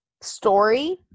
story